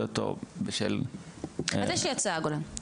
אותו בשל --- אז יש לי הצעה הגונה.